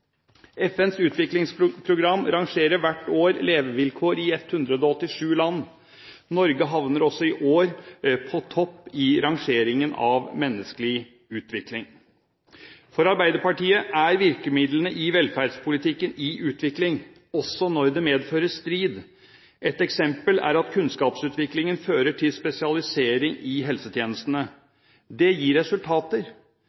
FNs utviklingsprogram rangerer hvert år levevilkår i 187 land. Norge havner også i år på topp i rangeringen av menneskelig utvikling. For Arbeiderpartiet er virkemidlene i velferdspolitikken i utvikling, også når det medfører strid. Ett eksempel er at kunnskapsutviklingen fører til spesialisering i